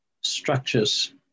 structures